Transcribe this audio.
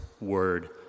word